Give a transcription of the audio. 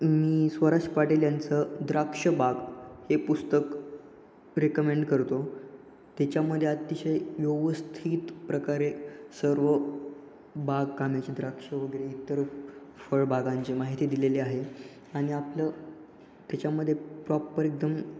मी स्वराज पाटिल यांचं द्राक्ष बाग हे पुस्तक रेकमेंड करतो त्याच्यामध्ये अतिशय व्यवस्थित प्रकारे सर्व बागकामाचे द्राक्ष वगैरे इतर फळबागांची माहिती दिलेले आहे आणि आपलं त्याच्यामध्ये प्रॉपर एकदम